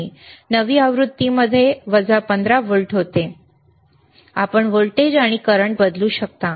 नवीन आवृत्तीमध्ये वजा 15 व्होल्ट होते आपण व्होल्टेज आणि करंट बदलू शकता